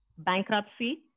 bankruptcy